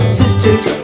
sisters